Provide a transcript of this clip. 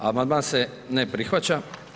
Amandman se ne prihvaća.